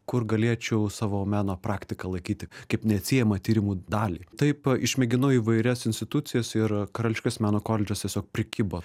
kur galėčiau savo meno praktiką laikyti kaip neatsiejamą tyrimų dalį taip išmėginau įvairias institucijas ir karališkasis meno koledžas tiesiog prikibo